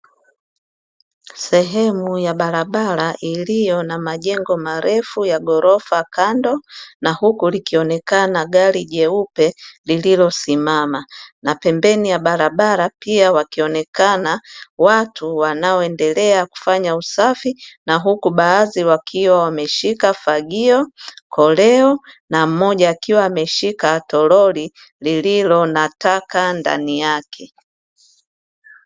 Sehemu ya barabara iliyo na majengo marefu ya ghorofa kando, na huku likionekana gari jeupe lililosimama na pembeni ya barabara pia wakionekana watu wanaoendelea kufanya usafi na huku baadhi wakiwa wameshika fagio, koleo na mmoja akiwa ameshika toroli lililo nataka ndani yake,